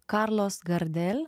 karlos gardel